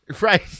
Right